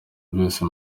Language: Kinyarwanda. byose